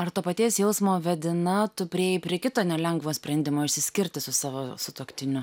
ar to paties jausmo vedina tu priėjai prie kito nelengvo sprendimo išsiskirti su savo sutuoktiniu